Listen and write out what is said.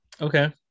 Okay